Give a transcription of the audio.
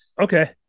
Okay